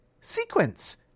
Sequence